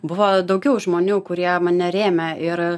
buvo daugiau žmonių kurie mane rėmė ir